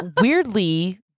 weirdly